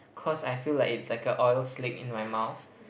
cause I feel like it's like a oil slick in my mouth